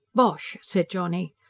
bosh! said johnny.